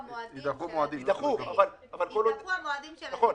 יידחו המועדים של הדיווחים,